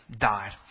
died